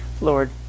Lord